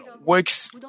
works